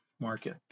market